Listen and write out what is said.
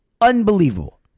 Unbelievable